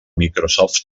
microsoft